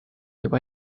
juba